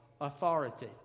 authority